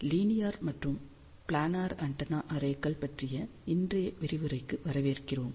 linear மற்றும் planar antenna array கள் பற்றிய இன்றைய விரிவுரைக்கு வரவேற்கிறோம்